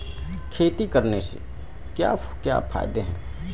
खेती करने से क्या क्या फायदे हैं?